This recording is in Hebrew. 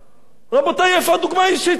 רבותי, איפה הדוגמה האישית שלנו?